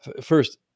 First